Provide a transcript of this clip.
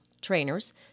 trainers